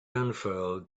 unfurled